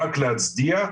רק להצדיע.